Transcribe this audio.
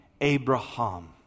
abraham